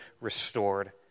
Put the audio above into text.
restored